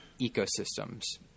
ecosystems